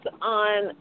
on